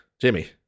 Jimmy